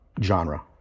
genre